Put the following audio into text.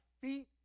feet